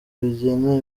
rigena